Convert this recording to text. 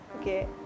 Okay